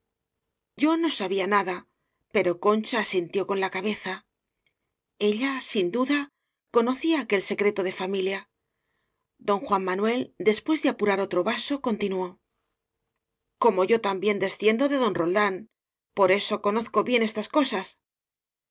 o no sabía nada pero concha asintió con la cabeza ella sin duda conocía aquel secreto de familia don juan manuel después de apurar otro vaso continuó como yo también desciendo de don roldán por eso conozco bien estas cosas